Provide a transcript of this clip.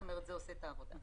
זאת אומרת, זה עושה את העבודה.